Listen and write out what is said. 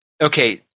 okay